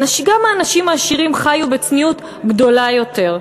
גם האנשים העשירים חיו בצניעות גדולה יותר,